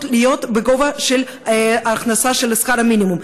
להיות בגובה של ההכנסה של שכר המינימום,